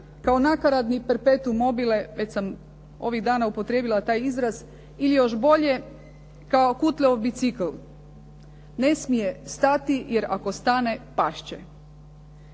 kao nakaradni perpetu mobile, već sam ovih dana upotrijebila ovaj izraz, ili još bolje kao …/Govornik se ne razumije./… ne smije stati jer ako stane pasti